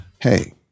hey